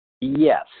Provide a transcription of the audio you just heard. Yes